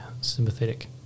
sympathetic